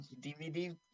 DVD